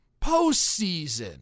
postseason